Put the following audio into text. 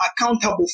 accountable